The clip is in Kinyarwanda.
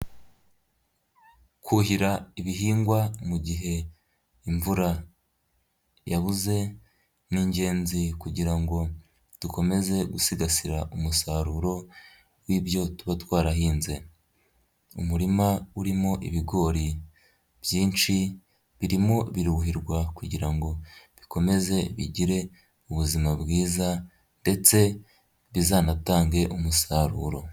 Kuhira ibihingwa mu gihe imvura yabuze ni ingenzi kugira ngo dukomeze gusigasira umusaruro w'ibyo tuba twarahinze, umurima urimo ibigori byinshi birimo biruhirwa kugira ngo bikomeze bigire ubuzima bwiza ndetse bizanatange umusaruro.